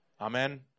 Amen